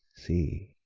see!